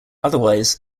otherwise